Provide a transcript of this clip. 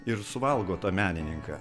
ir suvalgo tą menininką